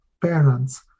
parents